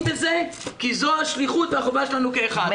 בזה כי זו השליחות והחובה שלנו כאחד.